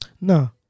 no